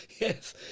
Yes